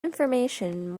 information